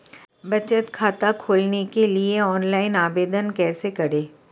बचत खाता खोलने के लिए ऑनलाइन आवेदन कैसे करें?